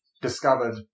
discovered